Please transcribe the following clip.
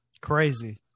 Crazy